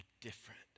different